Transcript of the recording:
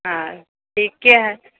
हँ ठीके है